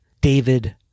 David